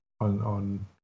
on